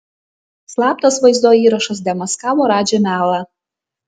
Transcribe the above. slaptas vaizdo įrašas demaskavo radži melą